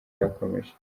irakomeje